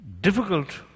difficult